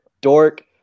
Dork